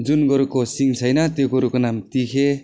जुन गोरुको सिङ छैन त्यो गोरुको नाम तिखे